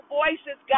voices